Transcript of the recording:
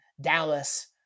Dallas